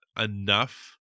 enough